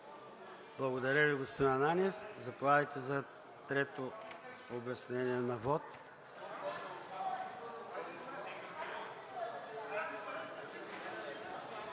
Благодаря Ви, господин Ананиев. Заповядайте за трето обяснение на вот.